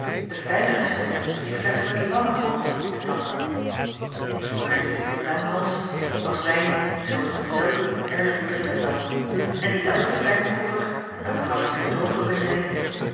de fijnere soorten in flesschen met lange halzen te tappen maar die langhals was wijn zoo als men zelden ergens drinken zal en dien elke fijne proever aan w an oertoghe benijdde